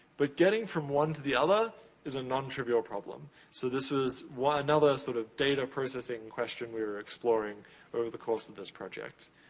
but getting from one to the other is a non-trivial problem. so, this was another sort of data processing question we were exploring over the course of this project.